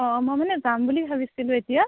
অ মই মানে যাম বুলি ভাবিছিলোঁ এতিয়া